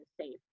safe